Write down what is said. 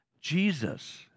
Jesus